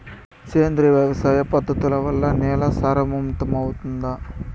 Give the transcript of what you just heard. సేంద్రియ వ్యవసాయ పద్ధతుల వల్ల, నేల సారవంతమౌతుందా?